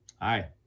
Hi